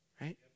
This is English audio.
right